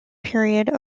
period